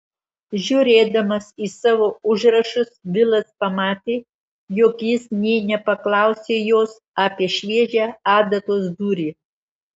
žiūrėdamas į savo užrašus vilas pamatė jog jis nė nepaklausė jos apie šviežią adatos dūrį